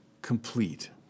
complete